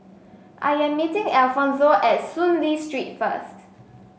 I am meeting Alfonzo at Soon Lee Street first